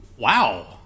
Wow